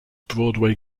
broadway